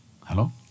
hello